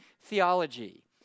theology